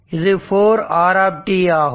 இது 4 r ஆகும்